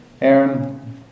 Aaron